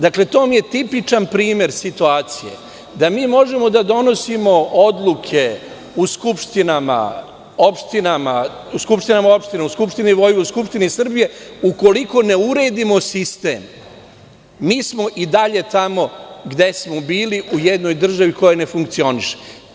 Dakle, to vam je tipičan primer situacije da mi možemo da donosimo odluke u skupštinama opština, u Skupštini Vojvodine, u Skupštini Srbije, a ukoliko ne uredimo sistem, mi smo i dalje tamo gde smo bili, u jednoj državi koja ne funkcioniše.